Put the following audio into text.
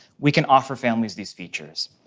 we can offer families these features.